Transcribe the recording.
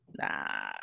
Nah